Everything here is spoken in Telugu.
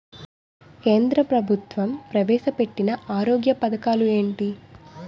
కేంద్ర ప్రభుత్వం ప్రవేశ పెట్టిన ఆరోగ్య పథకాలు ఎంటి?